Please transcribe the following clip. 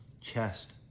chest